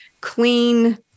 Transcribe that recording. clean